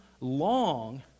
long